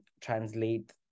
translate